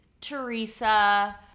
Teresa